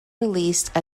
released